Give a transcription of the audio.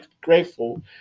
grateful